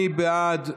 מי בעד?